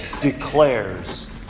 declares